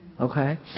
Okay